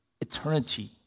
eternity